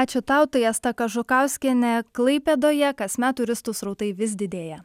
ačiū tau tai asta kažukauskienė klaipėdoje kasmet turistų srautai vis didėja